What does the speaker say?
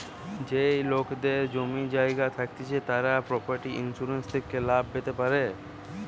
যেই লোকেদের জমি জায়গা থাকতিছে তারা প্রপার্টি ইন্সুরেন্স থেকে লাভ পেতে পারে